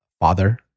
father